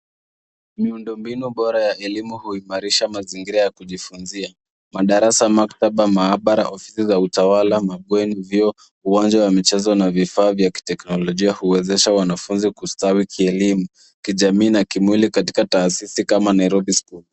Miundo mbinu bora ya elimu huimarisha mazingira ya kujifunzia, madarasa, maktaba, maabara, ofisi za utawala. mabweni, vyoo uwanja wa michezo na vifaa vya kiteknolojia huwezesha wanafunzi kustawi kielimu, kijamii na kimwili katika kaasisi kama Nairobi School.